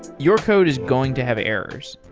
your code is going to have errors,